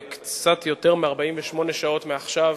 קצת יותר מ-48 שעות מעכשיו,